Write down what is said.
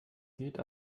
geht